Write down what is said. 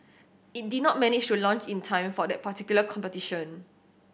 it did not manage to launch in time for that particular competition